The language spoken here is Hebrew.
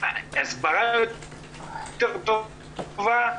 הסברה יותר טובה,